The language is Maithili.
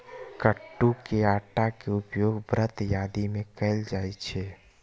कट्टू के आटा के उपयोग व्रत आदि मे कैल जाइ छै